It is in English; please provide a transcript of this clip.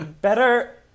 better